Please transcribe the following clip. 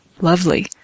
lovely